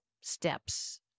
steps